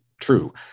true